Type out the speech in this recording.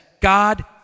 God